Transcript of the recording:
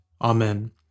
Amen